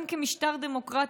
גם כמשטר דמוקרטי,